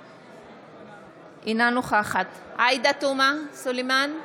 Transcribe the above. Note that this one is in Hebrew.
אינה נוכחת עאידה תומא סלימאן,